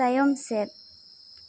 ᱛᱟᱭᱚᱢ ᱥᱮᱫ